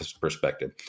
perspective